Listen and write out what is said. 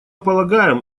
полагаем